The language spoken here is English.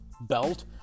belt